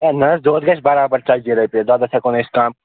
ہے نَہ حظ دۄد گَژھِ برابر ژتجی رۄپیہِ دۄدس ہٮ۪کو نہٕ أسۍ کَم